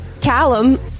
Callum